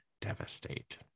devastate